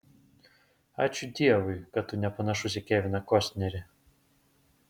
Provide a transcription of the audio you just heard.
ačiū dievui kad tu nepanašus į keviną kostnerį